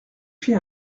fit